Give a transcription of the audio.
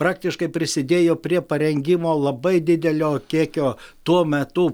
praktiškai prisidėjo prie parengimo labai didelio kiekio tuo metu